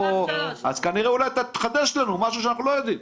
אז כנראה שתחדש לנו משהו שאנחנו לא יודעים.